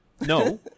no